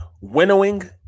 winnowing